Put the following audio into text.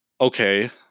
okay